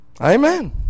Amen